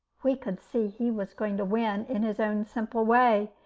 we could see he was going to win in his own simple way,